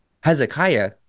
Hezekiah